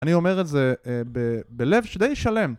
אני אומר את זה בלב שדי שלם